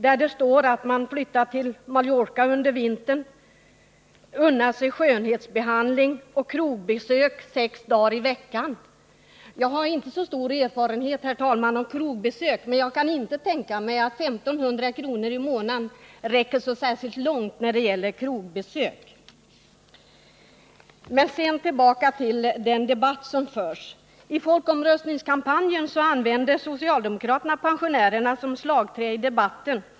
Det står där att de flyttar till Mallorca under vintern, unnar sig skönhetsbehandling och krogbesök sex dagar i veckan. Jag har, herr talman, inte så stor erfarenhet av krogbesök, men jag kan inte tänka mig att 1500 kr. i månaden räcker så särskilt långt när det gäller krogbesök. Sedan tillbaka till den debatt som förs här. I folkomröstningskampanjen använde socialdemokraterna pensionärerna som slagträ i debatten.